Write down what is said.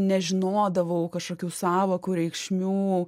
nežinodavau kažkokių sąvokų reikšmių